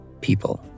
people